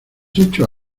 hecho